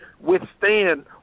withstand